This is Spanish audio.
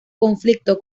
conflicto